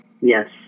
Yes